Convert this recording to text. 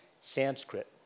Sanskrit